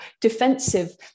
defensive